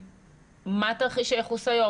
מה תרחיש הייחוס היום?